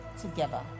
together